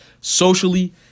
socially